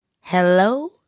Hello